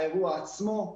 האירוע עצמו,